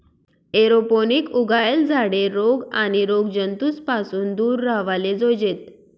aeroponic उगायेल झाडे रोग आणि रोगजंतूस पासून दूर राव्हाले जोयजेत